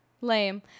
lame